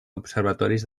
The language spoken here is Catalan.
observatoris